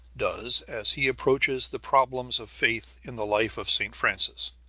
does as he approaches the problems of faith in the life of st. francis.